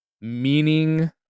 meaning